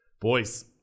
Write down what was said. boys